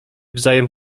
wzajem